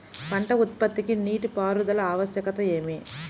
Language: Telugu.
పంట ఉత్పత్తికి నీటిపారుదల ఆవశ్యకత ఏమి?